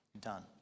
done